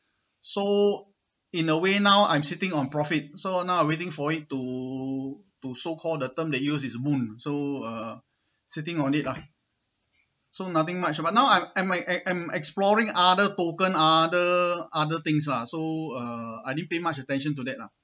so in a way now I'm sitting on profit so now I'm waiting for it to to so call the term that use is boom so uh sitting on it lah so nothing much about now I'm I'm I'm exploring other token other things lah so uh I didn't pay much attention to that lah